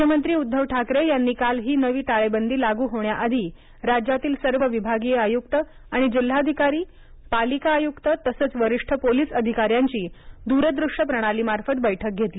मुख्यमंत्री उद्धव ठाकरे यांनी काल ही नवी टाळेबंदी लागू होण्याआधी राज्यातील सर्व विभागीय आयुक्त आणि जिल्हाधिकारी पालिका आयुक्त तसंच वरिष्ठ पोलीस अधिकाऱ्यांची दूरदृष्यप्रणाली मार्फत बैठक घेतली